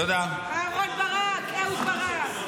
אהרן ברק, אהוד ברק.